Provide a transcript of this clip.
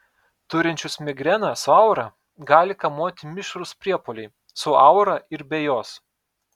turinčius migreną su aura gali kamuoti mišrūs priepuoliai su aura ir be jos